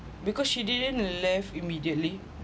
because she didn't left immediately